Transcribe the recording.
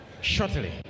Shortly